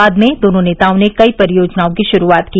बाद में दोनों नेताओं ने कई परियोजनों की शुरूआत की